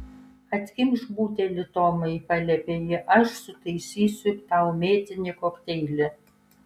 atkimšk butelį tomai paliepė ji aš sutaisysiu tau mėtinį kokteilį